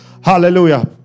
Hallelujah